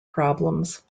problems